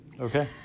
Okay